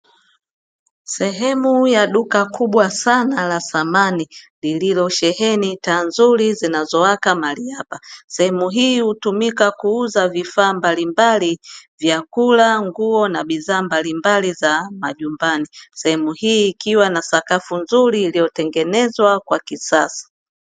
Sehemu ya duka kubwa sana la samani, lililosheheni taa nzuri zinazowaka mahali hapa. Sehemu hii hutumika kuuza vifaa mbalimbali; vyakula, nguo na bidhaa mbalimbali za majumbani. Sehemu hii ikiwa na sakafu nzuri iliyotengenezwa kwa kisasa.